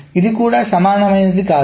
ఇది కూడా సమానమైనది కాదు